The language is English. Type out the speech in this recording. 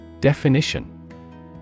Definition